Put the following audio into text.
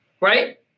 Right